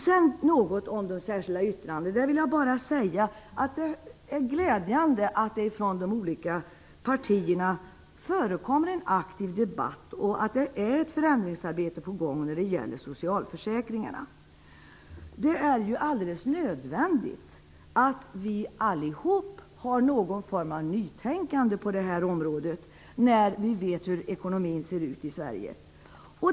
Till sist vill jag bara säga något om de särskilda yttrandena. Det är glädjande att det i de olika partierna förekommer en aktiv debatt och att det är ett förändringsarbete på gång när det gäller socialförsäkringarna. Det är ju alldels nödvändigt att vi allihop har någon form av nytänkande på det här området, när vi vet hur ekonomin ser ut i Sverige.